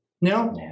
No